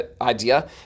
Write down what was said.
idea